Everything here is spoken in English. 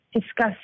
discuss